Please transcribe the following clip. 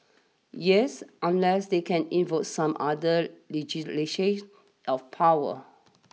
yes unless they can invoke some other legislation of power